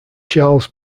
charles